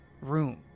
room